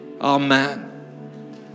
Amen